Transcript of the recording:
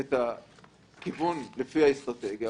לעשות איזון בין זה שאתה מנסה להטות את הכיוון לפי האסטרטגיה,